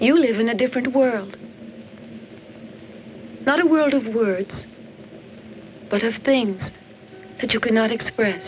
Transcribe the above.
you live in a different world now the world of words but of things that you cannot experience